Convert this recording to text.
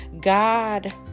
God